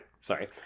Sorry